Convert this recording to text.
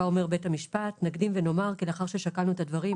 בה אומר בית המשפט: נקדים ונאמר כי לאחר ששקלנו את הדברים,